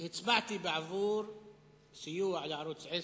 בכנסת הקודמת הצבעתי בעד סיוע לערוץ-10.